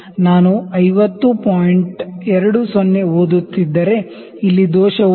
20 ಓದುತ್ತಿದ್ದರೆ ಇಲ್ಲಿ ದೋಷವು 0